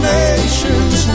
nations